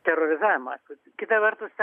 terorizavimo atvejis kita vertus ten